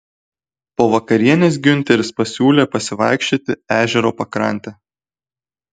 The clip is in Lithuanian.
po vakarienės giunteris pasiūlė pasivaikščioti ežero pakrante